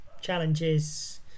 challenges